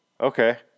Okay